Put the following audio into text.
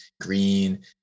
Green